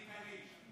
חצי קדיש.